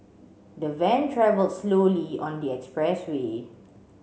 the van travelled slowly on the expressway